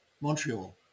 montreal